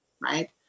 right